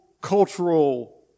cultural